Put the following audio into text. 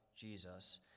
Jesus